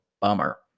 bummer